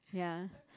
ya